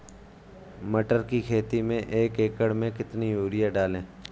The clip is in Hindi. मटर की खेती में एक एकड़ में कितनी यूरिया डालें?